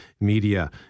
media